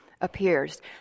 appears